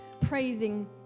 Praising